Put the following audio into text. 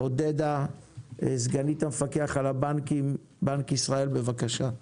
עודדה, סגנית המפקח על הבנקים, בבקשה.